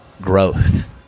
growth